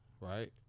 right